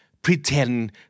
Pretend